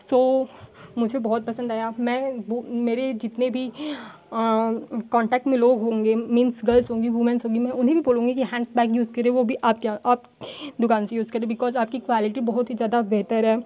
सो मुझे बहुत पसंद आया मैं वह मेरे जितने भी कॉन्टैक्ट में लोग होंगे मीन्स गल्स होंगी वूमेंस होंगी मैं उन्हें भी बोलूँगी कि हैंड्स बैग यूज़ करे वह भी आपके यहाँ आप के दुकान से यूज़ करे बिकॉज़ आपकी क्वालेटी बहुत ही ज़्यादा बेहतर है